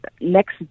next